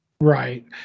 right